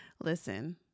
Listen